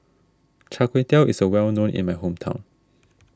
Char Kway Teow is a well known in my hometown